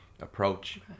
approach